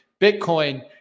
Bitcoin